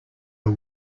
are